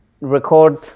record